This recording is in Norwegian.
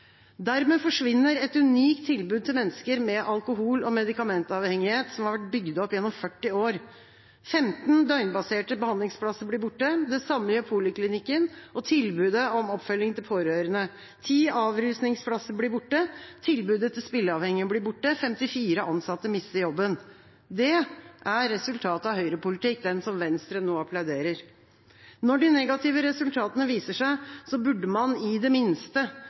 Dermed forsvinner et unikt tilbud til mennesker med alkohol- og medikamentavhengighet som har vært bygget opp gjennom 40 år. 15 døgnbaserte behandlingsplasser blir borte, det samme gjør poliklinikken og tilbudet om oppfølging til pårørende. Ti avrusingsplasser blir borte, tilbudet til spilleavhengige blir borte, 54 ansatte mister jobben. Det er resultatet av høyrepolitikk, den som Venstre nå applauderer. Når de negative resultatene viser seg, burde man i det minste